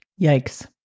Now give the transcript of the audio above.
Yikes